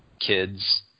Kids